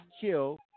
kill